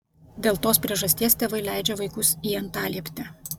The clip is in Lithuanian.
dėl tos priežasties tėvai leidžia vaikus į antalieptę